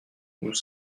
nous